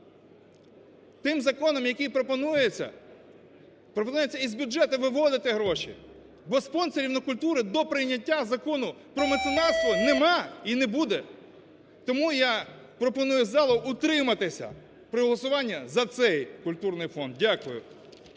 Тим законом, який пропонується, пропонується із бюджету виводити гроші, бо спонсорів… культури до прийняття Закону про меценатство нема і не буде. Тому я пропоную залу утриматися при голосуванні за цей культурний фонд. Дякую.